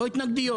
לא התנגדויות.